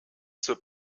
zur